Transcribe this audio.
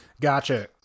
Gotcha